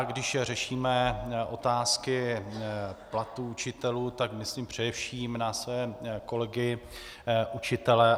Když řešíme otázky platů učitelů, tak myslím především na své kolegy učitele.